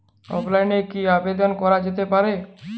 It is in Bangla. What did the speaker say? অফলাইনে কি আবেদন করা যেতে পারে?